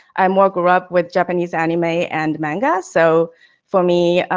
i more grew up with japanese anime and manga. so for me,